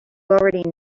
already